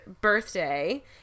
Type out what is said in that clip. birthday